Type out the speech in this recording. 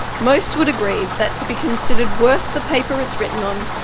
most would agree that to be considered worth the paper it's written on,